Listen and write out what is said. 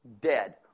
Dead